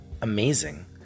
amazing